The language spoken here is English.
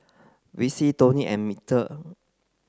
Vicy Toni and Mitchell